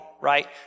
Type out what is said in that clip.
Right